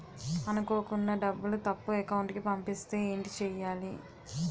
అనుకోకుండా డబ్బులు తప్పు అకౌంట్ కి పంపిస్తే ఏంటి చెయ్యాలి?